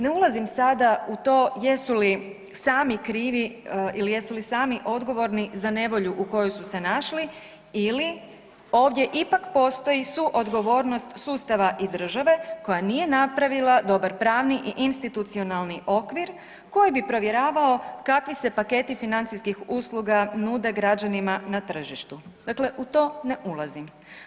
Ne ulazim sada u to jesu li sami krivi ili jesu li sami odgovorni za nevolju u kojoj su se našli ili ovdje ipak postoji suodgovornost sustava i države koja nije napravila dobar pravni i institucionalni okvir koji bi provjeravao kakvi se paketi financijskih usluga nude građanima na tržištu, dakle u to ne ulazim.